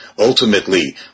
Ultimately